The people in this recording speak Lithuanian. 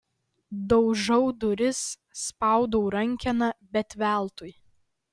daužau duris spaudau rankeną bet veltui